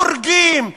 ההורגים,